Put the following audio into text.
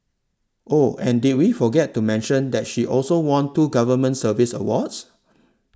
oh and did we forget to mention that she also won two government service awards